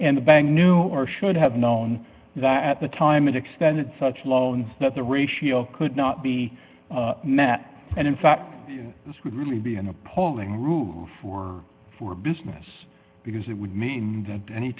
and the bank knew or should have known that at the time it extended such loans that the ratio could not be met and in fact this would really be an appalling rule for for business because it would mean that any